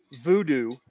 Voodoo